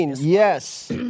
yes